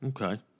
Okay